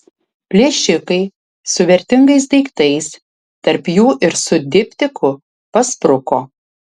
plėšikai su vertingais daiktais tarp jų ir su diptiku paspruko